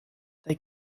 they